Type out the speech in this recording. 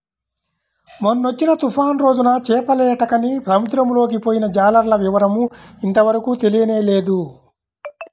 మొన్నొచ్చిన తుఫాను రోజున చేపలేటకని సముద్రంలోకి పొయ్యిన జాలర్ల వివరం ఇంతవరకు తెలియనేలేదు